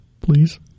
Please